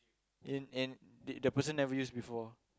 in in the person never use before